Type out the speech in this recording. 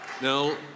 Now